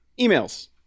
Emails